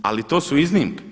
Ali to su iznimke.